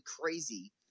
crazy